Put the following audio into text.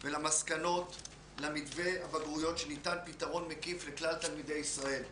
ולמסקנות למתווה הבגרויות שניתן פתרון מקיף לכלל תלמידי ישראל,